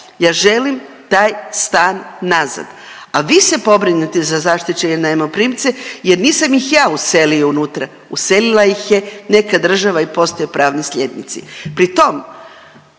ja želim taj stan nazad, a vi se pobrinite za zaštićene najmoprimce jer nisam ih ja uselio unutra, uselila ih je neka država i postoje pravni slijednici.